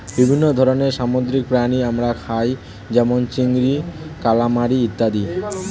বিভিন্ন ধরনের সামুদ্রিক প্রাণী আমরা খাই যেমন চিংড়ি, কালামারী ইত্যাদি